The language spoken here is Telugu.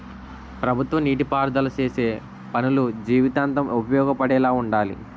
ప్రభుత్వ నీటి పారుదల సేసే పనులు జీవితాంతం ఉపయోగపడేలా వుండాలి